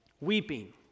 Weeping